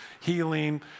healing